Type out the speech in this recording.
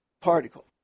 particle